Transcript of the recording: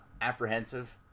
apprehensive